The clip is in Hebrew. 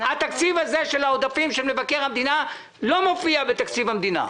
התקציב הזה של העודפים של מבקר המדינה לא מופיע בתקציב המדינה,